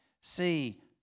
See